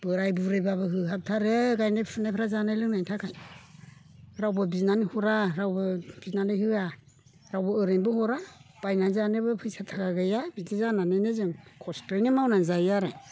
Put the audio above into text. बोराइ बुरैबाबो होहाबथारो गायनाय फुनायफ्रा जानाय लोंनायनि थाखाय रावबो बिनानै हरा रावबो बिनानै होआ रावबो ओरैनोबो हरा बायनानै जानोबो फैसा थाखा गैया बिदि जानानैनो जों खस्थ'यैनो मावना जायो आरो